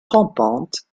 rampante